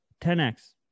10x